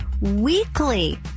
weekly